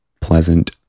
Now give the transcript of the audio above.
pleasant